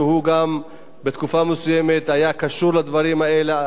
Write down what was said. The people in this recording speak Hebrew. שבתקופה מסוימת היה קשור לדברים האלה,